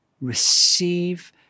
Receive